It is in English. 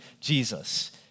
Jesus